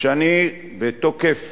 שאני בתוקף